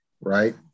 right